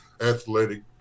athletic